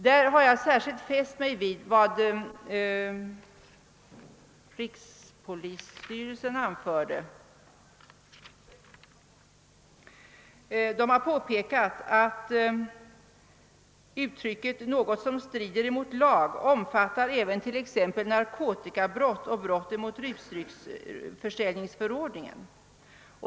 Jag har särskilt fäst mig vid rikspolisstyrelsens påpekande att uttrycket »något som strider mot lag» omfattar även t.ex. narkotikabrott och brott mot rusdrycksförsäljningsförordningen.